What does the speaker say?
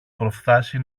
προφθάσει